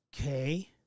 Okay